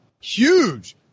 huge